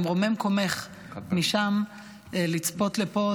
ממרומי מקומך משם לצפות לפה,